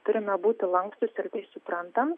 turime būti lankstūs ir tai suprantam